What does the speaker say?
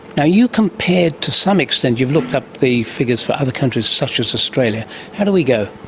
you compared to some extent, you've looked up the figures for other countries such as australia how did we go?